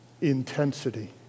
intensity